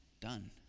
done